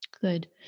Good